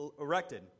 erected